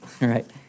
right